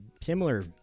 similar